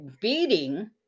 Beating